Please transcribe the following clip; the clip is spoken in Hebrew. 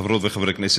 חברות וחברי הכנסת,